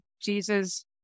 Jesus